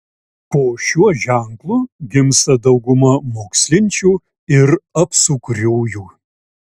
po šiuo ženklu gimsta dauguma mokslinčių ir apsukriųjų